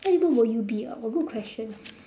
what animal would you be ah !wah! good question